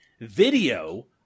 video